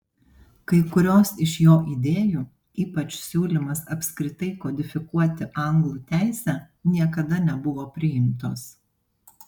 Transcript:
kai kurios iš jo idėjų ypač siūlymas apskritai kodifikuoti anglų teisę niekada nebuvo priimtos